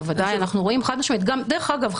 דרך אגב,